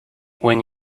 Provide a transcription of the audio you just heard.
when